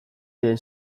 diren